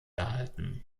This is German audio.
erhalten